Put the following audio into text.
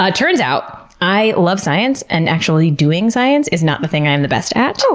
ah turns out, i love science and actually doing science is not the thing i am the best at. so